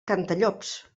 cantallops